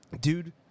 Dude